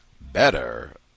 better